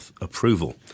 approval